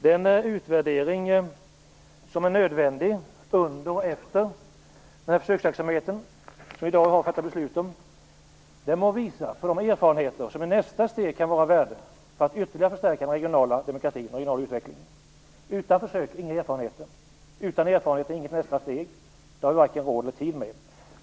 Den utvärdering som är nödvändig under och efter den försöksverksamhet som vi i dag har att fatta beslut om må visa på de erfarenheter som i nästa steg kan vara av värde för att ytterligare förstärka den regionala demokratin och den regionala utvecklingen. Utan försök - inga erfarenheter. Utan erfarenheter - inget nästa steg. Det har vi varken råd eller tid med.